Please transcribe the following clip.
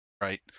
right